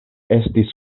estis